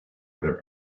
their